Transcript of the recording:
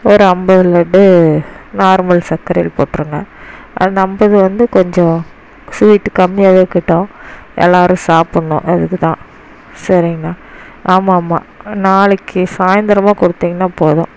ஒரு ஐம்பது லட்டு நார்மல் சர்க்கரையில போட்டிருங்க அந்த ஐம்பது வந்து கொஞ்சம் ஸ்வீட்டு கம்மியாகவே இருக்கட்டும் எல்லாேரும் சாப்பிட்ணும் அதுக்குதான் சரிங்கண்ணா ஆமாம் ஆமாம் நாளைக்கு சாய்ந்திரமாக கொடுத்திங்கன்னா போதும்